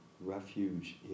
refuge